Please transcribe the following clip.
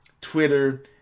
Twitter